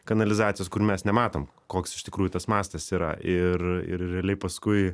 kanalizacijos kur mes nematom koks iš tikrųjų tas mastas yra ir ir realiai paskui